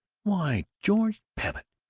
why, george babbitt!